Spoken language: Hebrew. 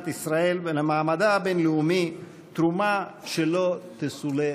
ישראל ולמעמדה הבין-לאומי תרומה שלא תסולא